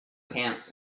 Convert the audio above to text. pants